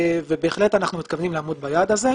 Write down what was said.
בהחלט אנחנו מתכוונים לעמוד ביעד הזה,